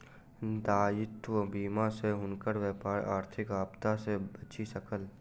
दायित्व बीमा सॅ हुनकर व्यापार आर्थिक आपदा सॅ बचि सकल